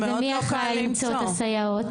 להלן תרגומם: מי אחראי למצוא את הסייעות?